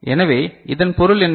எனவே இதன் பொருள் என்ன